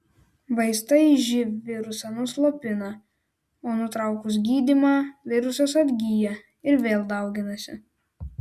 vaistai živ virusą nuslopina o nutraukus gydymą virusas atgyja ir vėl dauginasi